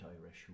Irish